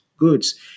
goods